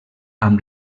amb